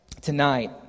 tonight